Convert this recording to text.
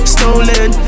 Stolen